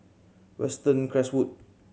Western Creswood